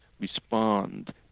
respond